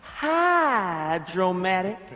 hydromatic